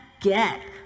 get